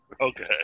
Okay